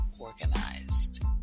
Organized